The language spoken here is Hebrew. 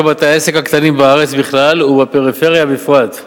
בתי-העסק הקטנים בארץ בכלל ובפריפריה בפרט,